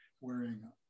wearing